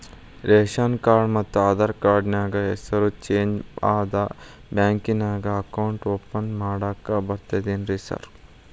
Ration card ಮತ್ತ Aadhaar card ನ್ಯಾಗ ಹೆಸರು ಚೇಂಜ್ ಅದಾ ಬ್ಯಾಂಕಿನ್ಯಾಗ ಅಕೌಂಟ್ ಓಪನ್ ಮಾಡಾಕ ಬರ್ತಾದೇನ್ರಿ ಸಾರ್?